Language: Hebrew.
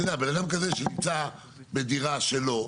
אתה יודע, בן אדם כזה שנמצא בדירה שלו,